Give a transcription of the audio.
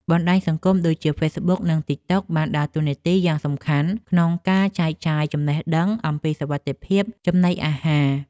បណ្តាញសង្គមដូចជាហ្វេសប៊ុកនិងទិកតុកបានដើរតួនាទីយ៉ាងសំខាន់ក្នុងការចែកចាយចំណេះដឹងអំពីសុវត្ថិភាពចំណីអាហារ។